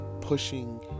pushing